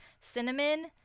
cinnamon